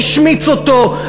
השמיץ אותו,